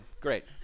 great